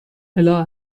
الا